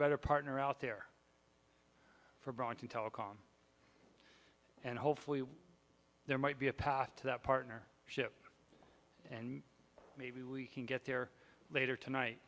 better partner out there for braun to telecom and hopefully there might be a path to that partner ship and maybe we can get there later tonight